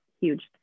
huge